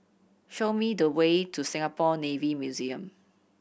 show me the way to Singapore Navy Museum